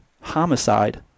homicide